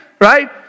right